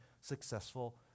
successful